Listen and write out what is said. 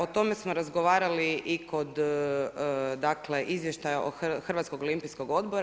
O tome smo razgovarali i kod, dakle Izvještaja Hrvatskog olimpijskog odbora.